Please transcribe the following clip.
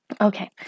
Okay